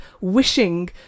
wishing